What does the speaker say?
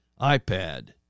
iPad